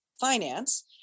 finance